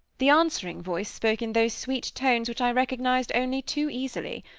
the answering voice spoke in those sweet tones which i recognized only too easily.